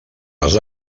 les